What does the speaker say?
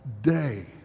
day